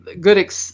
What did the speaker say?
good